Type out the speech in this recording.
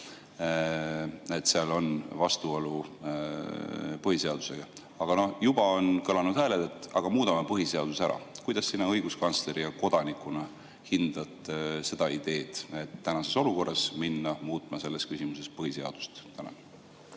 et] seal on vastuolu põhiseadusega. Aga juba on kõlanud hääled, et muudame põhiseaduse ära. Kuidas sinna õiguskantsleri ja kodanikuna hindad seda ideed, et tänases olukorras minna muutma selles küsimuses põhiseadust?